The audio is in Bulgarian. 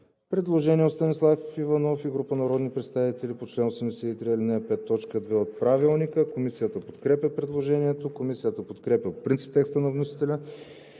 Предложение от Станислав Иванов и група народни представители по реда на чл. 83, ал. 5, т. 2 от Правилника. Комисията подкрепя предложението. Комисията подкрепя по принцип текста на вносителя